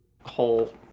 whole